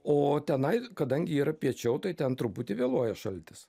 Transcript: o tenai kadangi yra piečiau tai ten truputį vėluoja šaltis